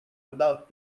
without